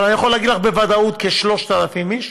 אבל אני יכול להגיד לך בוודאות על כ-3,000 איש,